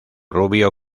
rubio